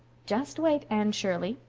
just wait, anne shirley.